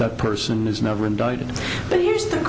the person is never indicted but he